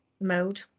mode